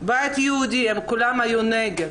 הבית היהודי הם כולם היו נגד,